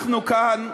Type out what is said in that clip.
אנחנו כאן,